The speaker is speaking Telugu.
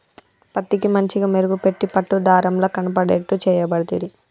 పత్తికి మంచిగ మెరుగు పెట్టి పట్టు దారం ల కనబడేట్టు చేయబడితిరి